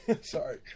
Sorry